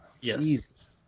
Yes